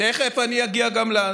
תכף אני אגיע גם לזה.